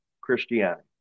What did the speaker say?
Christianity